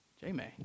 J-May